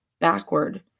backward